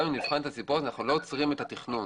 גם אם נבחן את הסיפור הזה אנחנו לא עוצרים את התכנון.